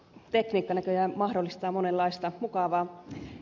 tekniikka näköjään mahdollistaa monenlaista mukavaa